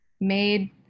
made